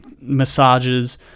massages